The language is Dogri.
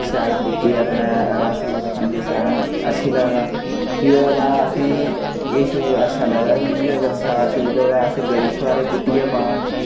शैल तरीके ई अपनै रस रुस खंदे शैल अच्छी लगदा फ्ही ओह्दे बाद असेंगी एह् शू अच्छा लगदा क्योंकि अगर स्याल सुयल होवै अस गरी शुहारे कुट्टियै पान